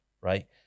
right